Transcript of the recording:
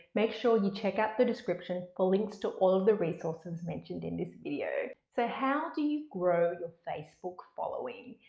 make sure you check out the description for links to all the resources mentioned in this video. so, how do you grow your facebook following?